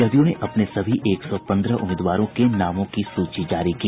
जदयू ने अपने सभी एक सौ पंद्रह उम्मीदवारों के नामों की सूची जारी की